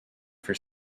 for